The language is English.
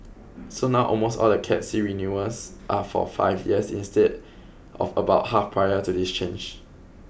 so now almost all the Cat C renewals are for five years instead of about half prior to this change